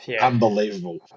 unbelievable